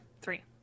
Three